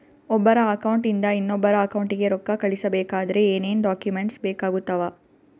ಒಬ್ಬರ ಅಕೌಂಟ್ ಇಂದ ಇನ್ನೊಬ್ಬರ ಅಕೌಂಟಿಗೆ ರೊಕ್ಕ ಕಳಿಸಬೇಕಾದ್ರೆ ಏನೇನ್ ಡಾಕ್ಯೂಮೆಂಟ್ಸ್ ಬೇಕಾಗುತ್ತಾವ?